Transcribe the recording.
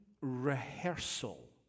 rehearsal